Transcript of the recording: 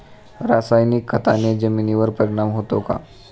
रासायनिक खताने जमिनीवर परिणाम होतो का?